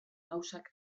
gauzak